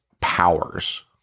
powers